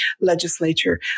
legislature